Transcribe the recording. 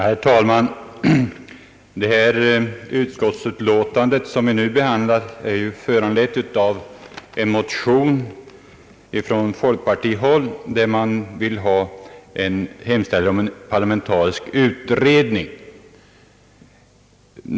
Herr talman! Det utskottsutlåtande som vi nu behandlar är föranlett av två folkpartimotioner, där man hemställer om en parlamentarisk utredning.